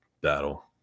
battle